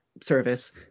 service